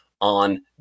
on